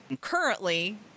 currently